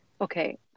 Okay